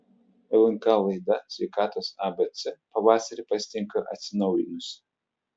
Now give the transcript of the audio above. lnk laida sveikatos abc pavasarį pasitinka atsinaujinusi